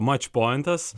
mač pojintas